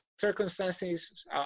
circumstances